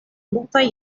multaj